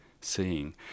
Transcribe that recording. seeing